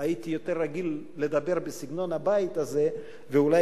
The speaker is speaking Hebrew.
הייתי יותר רגיל לדבר בסגנון הבית הזה ואולי